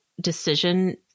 decision